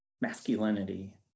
masculinity